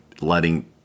letting